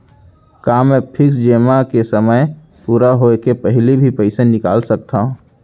का मैं फिक्स जेमा के समय पूरा होय के पहिली भी पइसा निकाल सकथव?